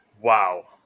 Wow